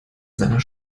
seiner